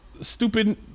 stupid